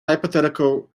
hypothetical